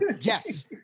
Yes